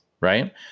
right